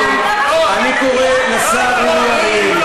שמעת מה אמרת?